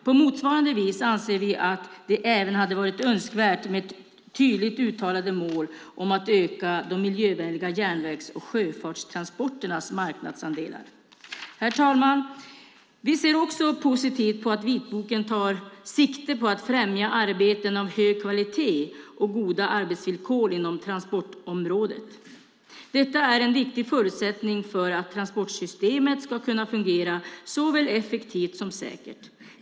På motsvarande vis anser vi att det även hade varit önskvärt med tydligt uttalade mål om att öka de miljövänliga järnvägs och sjöfartstransporternas marknadsandelar. Herr talman! Vi ser också positivt på att vitboken tar sikte på att främja arbeten av hög kvalitet och goda arbetsvillkor inom transportområdet. Detta är en viktig förutsättning för att transportsystemet ska kunna fungera såväl effektivt som säkert.